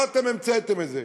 לא אתם המצאתם את זה.